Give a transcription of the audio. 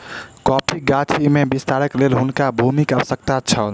कॉफ़ीक गाछी में विस्तारक लेल हुनका भूमिक आवश्यकता छल